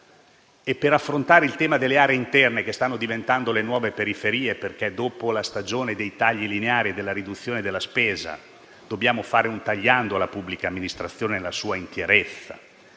Per affrontare il tema delle aree interne, che stanno diventando le nuove periferie, dopo la stagione dei tagli lineari e della riduzione della spesa dobbiamo fare un tagliando alla pubblica amministrazione nella sua interezza.